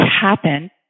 happen